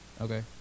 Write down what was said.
Okay